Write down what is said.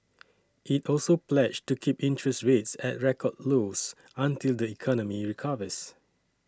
it also pledged to keep interest rates at record lows until the economy recovers